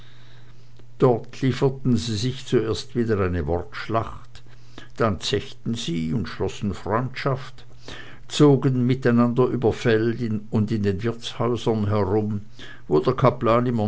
dort lieferten sie sich zuerst wieder eine wortschlacht dann zechten sie und schlossen freundschaft zogen miteinander über feld und in den wirtshäusern herum wo der kaplan immer